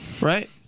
right